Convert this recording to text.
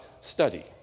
study